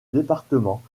département